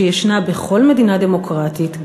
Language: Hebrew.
שיש בכל מדינה דמוקרטית,